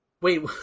Wait